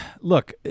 look